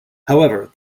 however